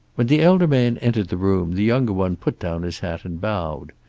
when the elder man entered the room the younger one put down his hat and bowed.